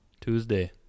Tuesday